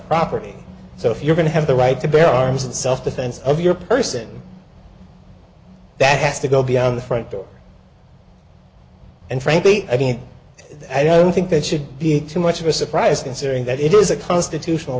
property so if you're going to have the right to bear arms in self defense of your person that has to go beyond the front door and frankly again i don't think that should be too much of a surprise considering that it is a constitutional